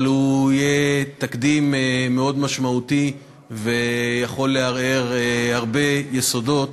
אבל הוא יהיה תקדים מאוד משמעותי והוא יכול לערער הרבה יסודות